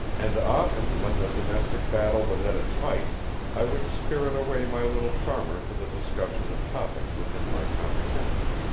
and often when the domestic battle was at its height i would spirit away my little charmer for the discussion of topics within my comprehension.